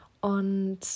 und